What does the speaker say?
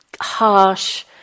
harsh